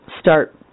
start